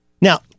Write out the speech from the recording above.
Now